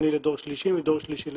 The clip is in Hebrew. היום יום שלישי,